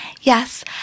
Yes